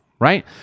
right